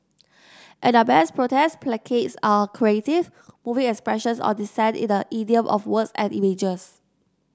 at their best protest placards are creative moving expressions of dissent in the idiom of words and images